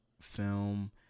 film